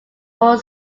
four